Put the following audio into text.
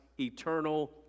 Eternal